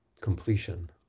completion